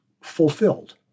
fulfilled